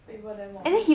favour them more